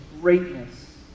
greatness